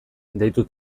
deitu